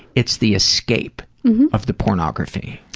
it's the escape of the pornography.